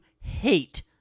hate